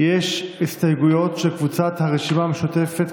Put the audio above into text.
יש הסתייגויות של קבוצת הרשימה המשותפת,